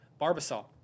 Barbasol